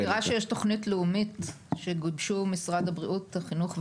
אני מזכירה שיש תוכנית לאומית שגיבשו משרד החינוך,